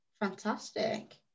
Fantastic